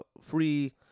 free